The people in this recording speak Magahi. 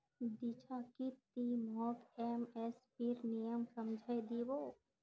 दीक्षा की ती मोक एम.एस.पीर नियम समझइ दी बो